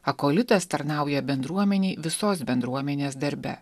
akolitas tarnauja bendruomenei visos bendruomenės darbe